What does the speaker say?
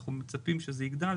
ואנחנו מצפים שזה יגדל